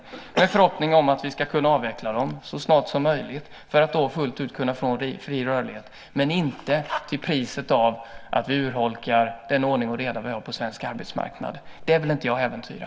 Det är vår förhoppning att vi ska kunna avveckla dem så snart som möjligt för att då fullt ut kunna få en fri rörlighet, men inte till priset av att vi urholkar den ordning och reda som vi har på svensk arbetsmarknad. Den vill inte jag äventyra.